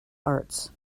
arts